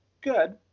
good